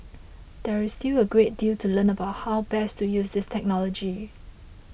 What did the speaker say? there is still a great deal to learn about how best to use this technology